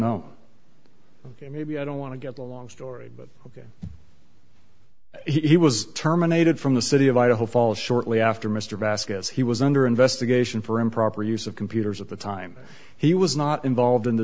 ok maybe i don't want to get a long story but again he was terminated from the city of idaho falls shortly after mr vazquez he was under investigation for improper use of computers at the time he was not involved in the